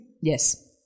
Yes